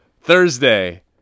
Thursday